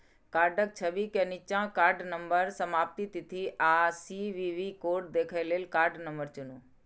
कार्डक छवि के निच्चा कार्ड नंबर, समाप्ति तिथि आ सी.वी.वी कोड देखै लेल कार्ड नंबर चुनू